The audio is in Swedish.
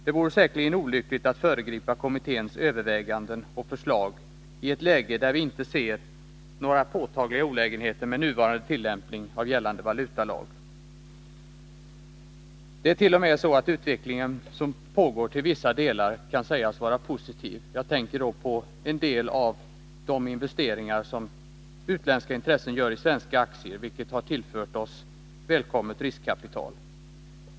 Det vore säkerligen olyckligt att föregripa kommitténs överväganden och förslag i ett läge, där vi inte ser några påtagliga olägenheter med nuvarande tillämpning av gällande valutalag. Det är t.o.m. så att den utveckling som pågår till vissa delar är klart positiv. Jag tänker då på utlandets intresse för svenska aktier, genom vilket vi har tillförts välkommet riskkapital.